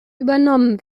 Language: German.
übernommen